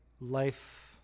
life